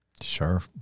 Sure